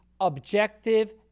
objective